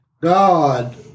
God